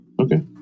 Okay